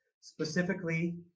specifically